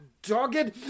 dogged